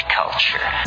culture